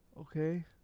Okay